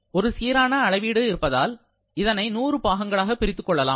ஒரு சீரான அளவீடு இருப்பதால் இதனை 100 பாகங்களாக பிரித்துக் கொள்ளலாம்